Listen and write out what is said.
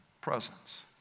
presence